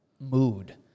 mood